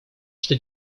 что